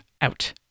out